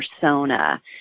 persona